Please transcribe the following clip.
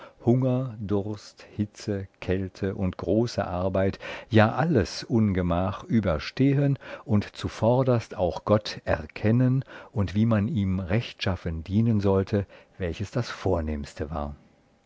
hunger durst hitze kälte und große arbeit ja alles ungemach überstehen und zuvorderst auch gott erkennen und wie man ihm rechtschaffen dienen sollte welches das vornehmste war